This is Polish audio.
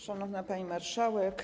Szanowna Pani Marszałek!